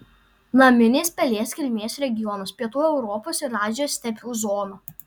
naminės pelės kilmės regionas pietų europos ir azijos stepių zona